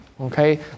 Okay